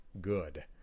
good